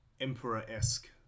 Emperor-esque